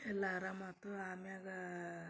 ಎಲ್ಲ ಆರಾಮಾತು ಆಮ್ಯಾಗ